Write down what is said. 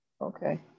Okay